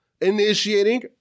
initiating